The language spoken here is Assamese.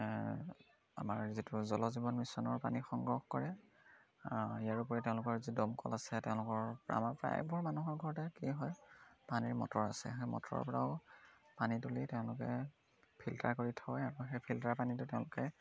আমাৰ যিটো জল জীৱন মিছনৰ পানী সংগ্ৰহ কৰে ইয়াৰ উপৰি তেওঁলোকৰ যি দমকল আছে তেওঁলোকৰ আমাৰ প্ৰায়বোৰ মানুহৰ ঘৰতে কি হয় পানীৰ মটৰ আছে সেই মটৰৰ পৰাও পানী তুলি তেওঁলোকে ফিল্টাৰ কৰি থয় আৰু সেই ফিল্টাৰৰ পানীটো তেওঁলোকে